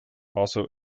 also